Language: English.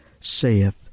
saith